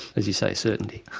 as you say, certainty.